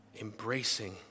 embracing